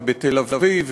ובתל-אביב,